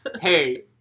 Hey